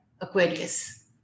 Aquarius